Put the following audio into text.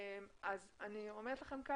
אני אומרת לכם,